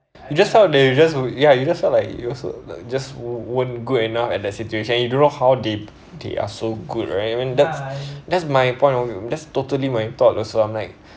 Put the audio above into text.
you just felt that you just ya you just felt like you also just weren't good enough at that situation you don't know how they they are so good right I mean that's that's my point of view just totally my thought also I'm like